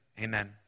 amen